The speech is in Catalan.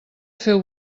feu